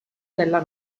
della